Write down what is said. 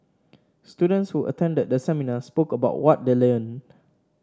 students who attended the seminar spoke about what they learned